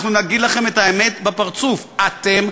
אנחנו נגיד לכם את האמת בפרצוף: אתם